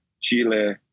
Chile